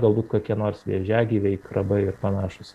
galbūt kokie nors vėžiagyviai krabai ir panašūs